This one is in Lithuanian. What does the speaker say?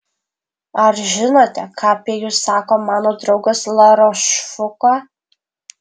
ar žinote ką apie jus sako mano draugas larošfuko